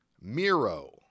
Miro